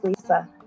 Lisa